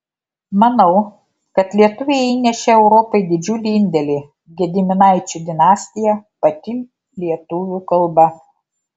manau kad lietuviai įnešė europai didžiulį indėlį gediminaičių dinastija pati lietuvių kalba